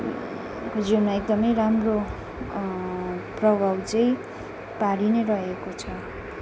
जीवनमा एकदमै राम्रो प्रभाव चाहिँ पारी नै रहेको छ